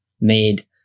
made